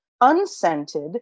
unscented